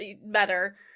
better